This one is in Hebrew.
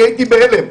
אני הייתי בהלם,